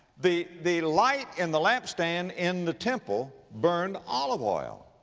the, the light in the lampstand in the temple burned olive oil.